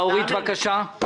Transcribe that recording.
אורית פרקש-הכהן, בבקשה.